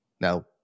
Now